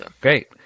Great